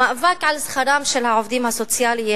המאבק על שכרם של העובדים הסוציאליים